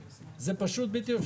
זה בעיקר תיקון